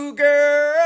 girl